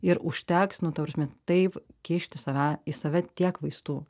ir užteks nu ta prasme taip kišt į save į save tiek vaistų